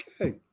okay